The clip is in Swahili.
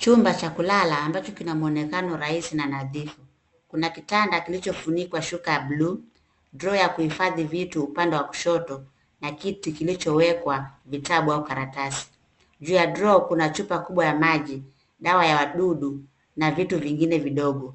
Chumba cha kulala ambacho kina mwonekano rahisi na nadhifu. Kuna kitanda kilichofunikwa shuka ya bluu, droo ya kuhifadhi vitu upande wa kushoto na kiti kilichowekwa kitabu au karatasi. Juu ya droo kuna chupa kubwa cha maji, dawa ya wadudu na vitu vingine vidogo.